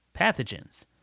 pathogens